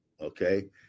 okay